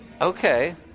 Okay